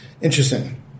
interesting